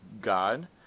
god